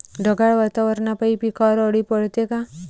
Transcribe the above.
ढगाळ वातावरनापाई पिकावर अळी पडते का?